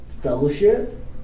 fellowship